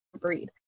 breed